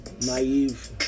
naive